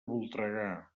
voltregà